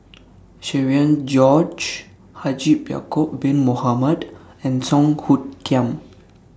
Cherian George Haji Ya'Acob Bin Mohamed and Song Hoot Kiam